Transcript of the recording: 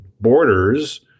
borders